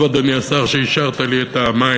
טוב, אדוני השר, שהשארת לי את המים,